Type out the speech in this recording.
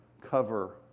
cover